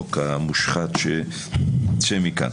החוק המושחת שייצא מכאן.